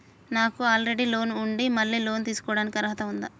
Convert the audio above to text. నాకు already loan ఉండి మళ్ళీ లోన్ తీసుకోవడానికి అర్హత ఉందా?